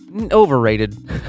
Overrated